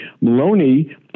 Maloney